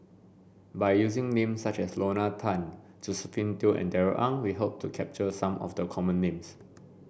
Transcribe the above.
by using names such as Lorna Tan Josephine Teo and Darrell Ang we hope to capture some of the common names